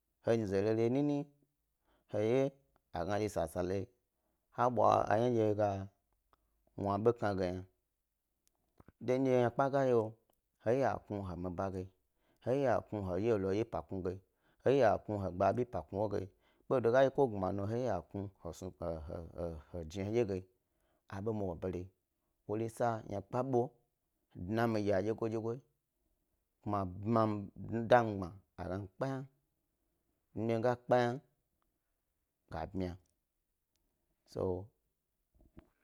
He nyizere nini he ye sasare he bwa yna ndye hega wna hedye kna ye yna, than ndye a ynakpe gay o, he iya he gnu he myi bage, he eya he gnu he lo pa kpmi ba ge, he eya he gnu he gba ha bi pa kpmi woge, boga yi, ko gnamanu he eya he gnu ke he snu he he he jni he dye ge wori sa nukpe ɓa dna mi jnya dyegodye yi kuma dami gbma a gna mikpe yna, ndye mi ga kpe yna ga bmya so.